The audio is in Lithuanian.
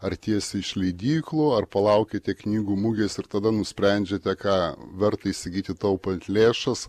ar tiesiai iš leidyklų ar palaukite knygų mugės ir tada nusprendžiate ką verta įsigyti taupant lėšas